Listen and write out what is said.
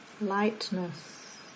lightness